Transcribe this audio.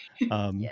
Yes